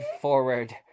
forward